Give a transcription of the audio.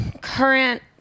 current